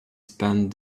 spent